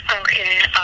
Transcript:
Okay